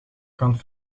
kant